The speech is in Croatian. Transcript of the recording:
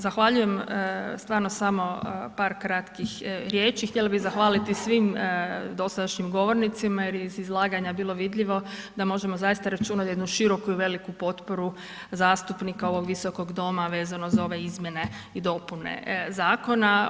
Zahvaljujem, stvarno samo par kratkih riječi, htjela bih zahvaliti svim dosadašnjim govornicima, jer iz izlaganja je bilo vidljivo da možemo zaista računati jednu široku i veliku potporu zastupnika ovog visokog doma vezano za ove izmjene i dopune zakona.